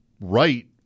right